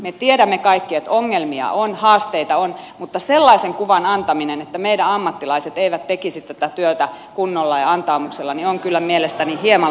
me tiedämme kaikki että ongelmia on haasteita on mutta sellaisen kuvan antaminen että meidän ammattilaiset eivät tekisi tätä työtä kunnolla ja antaumuksella on kyllä mielestäni hieman liioiteltua